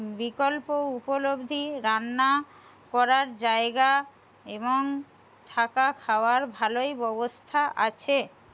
বিকল্প উপলব্ধি রান্না করার জায়গা এবং থাকা খাওয়ার ভালোই ব্যবস্থা আছে